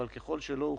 אבל ככל שהוכנה,